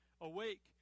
awake